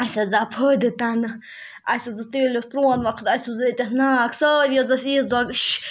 اَسہِ حظ آو فٲیِدٕ تَنہٕ اَسہِ حظ اوس تیٚلہِ اوس پرٛون وقت اَسہِ حظ اوس ییٚتٮ۪تھ ناگ سٲری حظ ٲسۍ عیٖذ دۄہ